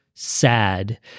sad